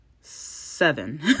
seven